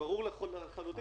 כמו שאמר השר אלקין,